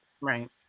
Right